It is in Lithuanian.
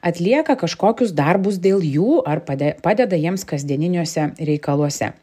atlieka kažkokius darbus dėl jų ar pade padeda jiems kasdieniniuose reikaluose